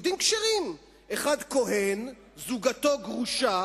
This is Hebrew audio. אחד כוהן וזוגתו גרושה,